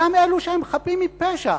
גם אלה שהם חפים מפשע,